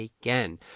again